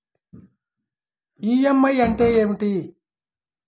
EMI అంటే ఏమిటి?